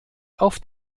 auf